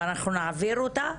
אנחנו נעביר אותה,